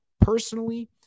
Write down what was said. personally